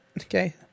Okay